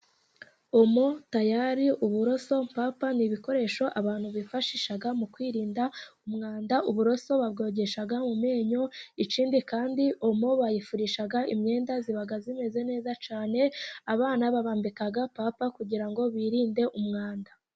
Omo, tayari, uburoso, pampa ni ibikoresho abantu bifashisha mu kwirinda umwanda. Uburoso babwogesha mu menyo, ikindi kandi omo bayifurisha imyenda. Iba imeze neza cyane, abana babambika pampa kugira ngo birinde umwanda.